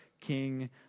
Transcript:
king